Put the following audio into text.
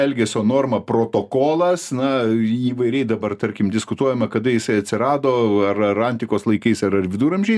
elgesio norma protokolas na įvairiai dabar tarkim diskutuojama kada jisai atsirado a ar ar antikos laikais ar ar viduramžiais